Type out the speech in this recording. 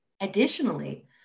Additionally